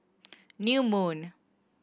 New Moon